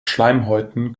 schleimhäuten